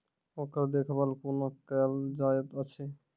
ओकर देखभाल कुना केल जायत अछि?